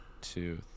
two